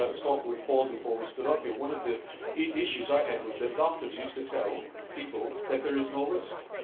i was talking with paul before we stood up here one of the issues i had was that doctors used to tell people that there is no risk.